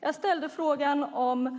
Jag frågade: